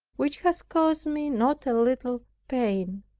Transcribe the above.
which had caused me not a little pain.